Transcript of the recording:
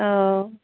অঁ